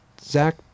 Zach